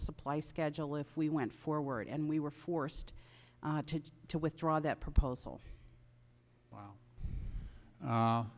supply schedule if we went forward and we were forced to withdraw that proposal wow